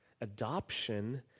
Adoption